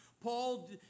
Paul